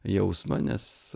jausmą nes